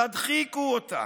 תדחיקו אותה